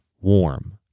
warm